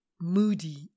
moody